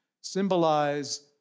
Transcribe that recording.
symbolize